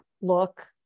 look